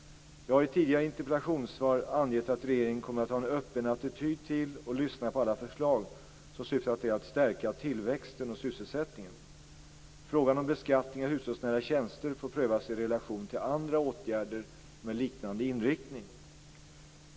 Jag har i tidigare interpellationssvar angivit att regeringen kommer att ha en öppen attityd till, och lyssna på, alla förslag som syftar till att stärka tillväxten och sysselsättningen. Frågan om beskattningen av hushållsnära tjänster får prövas i relation till andra åtgärder med liknande inriktning.